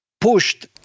pushed